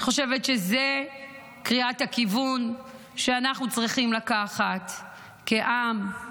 אני חושבת שזו קריאת הכיוון שאנחנו צריכים לקחת כעם,